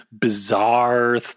bizarre